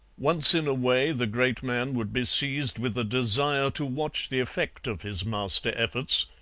once in a way the great man would be seized with a desire to watch the effect of his master-efforts,